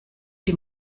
die